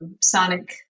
Sonic